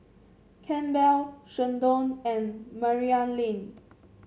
Campbell Sheldon and Maryellen